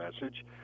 message